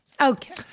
Okay